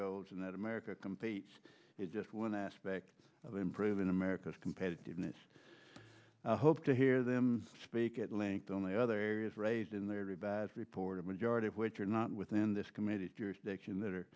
goals and that america competes is just one aspect of improving america's competitiveness i hope to hear them speak at length on the other areas raised in their a bad report a majority of which are not within this committee's jurisdiction that